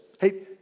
Hey